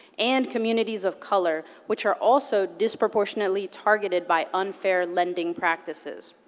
and communities of color, which are also disproportionately targeted by unfair lending practices.